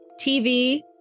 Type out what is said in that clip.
TV